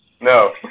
No